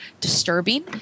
disturbing